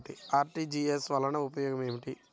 RTGS వలన ఉపయోగం ఏమిటీ?